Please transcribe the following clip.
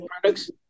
products